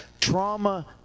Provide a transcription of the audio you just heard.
trauma